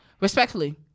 Respectfully